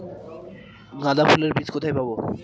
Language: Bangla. গাঁদা ফুলের বীজ কোথায় পাবো?